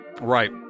Right